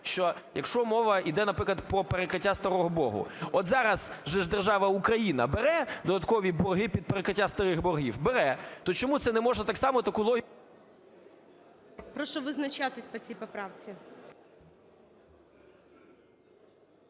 що якщо мова йде, наприклад, про перекриття старого боргу. От зараз же ж держава Україна бере додаткові борги під перекриття старих боргів? Бере. То чому це не можна так само таку логіку… ГОЛОВУЮЧИЙ. Прошу визначатись по цій поправці.